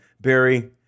Barry